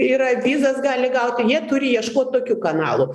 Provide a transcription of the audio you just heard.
yra vizas gali gauti jie turi ieškot tokių kanalų